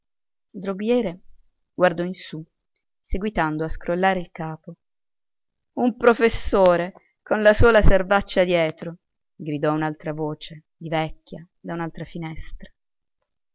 droghiere guardò in su seguitando a scrollare il capo un professore con la sola servaccia dietro gridò un'altra voce di vecchia da un'altra finestra